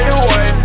away